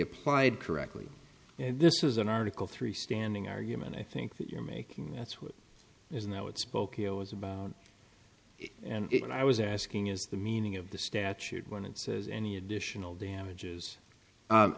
applied correctly and this is an article three standing argument i think you're making that's why isn't that what spokeo is about and when i was asking is the meaning of the statute when it says any additional damages